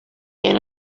and